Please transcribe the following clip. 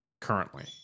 currently